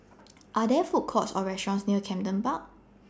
Are There Food Courts Or restaurants near Camden Park